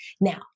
Now